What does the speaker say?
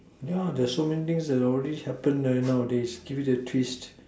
yeah there's so many things that has already happened nah nowadays give it a twist